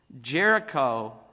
Jericho